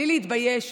בלי להתבייש,